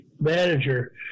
manager